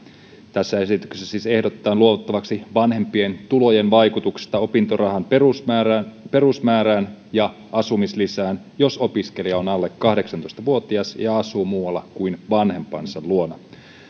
tässä esityksessä siis ehdotetaan luovuttavaksi vanhempien tulojen vaikutuksesta opintorahan perusmäärään perusmäärään ja asumislisään jos opiskelija on alle kahdeksantoista vuotias ja asuu muualla kuin vanhempansa luona